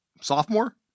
sophomore